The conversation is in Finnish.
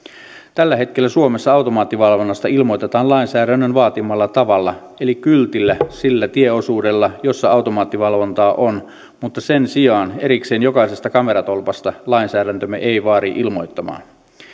tällä hetkellä suomessa automaattivalvonnasta ilmoitetaan lainsäädännön vaatimalla tavalla eli kyltillä sillä tieosuudella jossa automaattivalvontaa on mutta sen sijaan erikseen jokaisesta kameratolpasta lainsäädäntömme ei vaadi ilmoittamaan